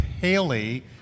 Haley